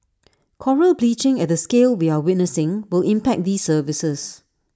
Coral bleaching at the scale we are witnessing will impact these services